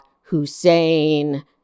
Hussein